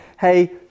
hey